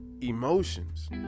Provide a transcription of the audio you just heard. emotions